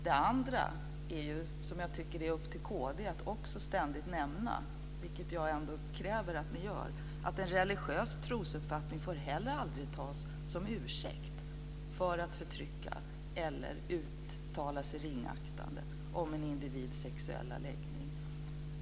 Det andra är ju, som jag tycker att det är upp till kd att ständigt nämna - vilket jag kräver att kd gör - att en religiös trosuppfattning heller aldrig får tas som ursäkt för att förtrycka eller uttala sig ringaktande om en individs sexuella läggning.